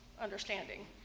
understanding